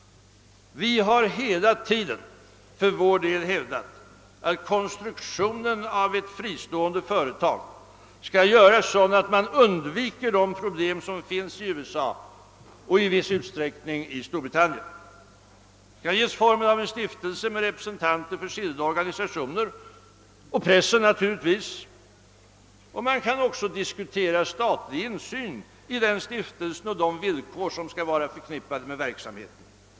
Vi har för vår del hela tiden hävdat att ett fristående företag skall konstrueras så att man undviker de problem som uppstått i USA och i viss utsträckning i Storbritannien. Ett fristående företag kan ges formen av en stiftelse med representanter för skilda organisationer och naturligtvis pressen, och man kan också diskutera statlig insyn i denna stiftelse och i övrigt de villkor som skall vara förknippade med verksamheten.